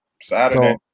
Saturday